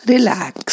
Relax